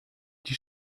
die